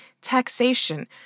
taxation